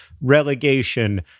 relegation